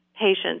patients